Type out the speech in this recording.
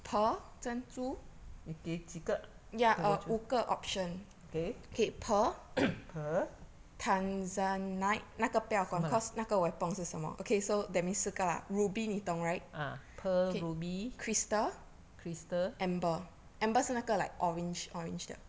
珍珠你给几个 okay pearl 什么来 ah pearl ruby crystal